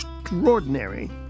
extraordinary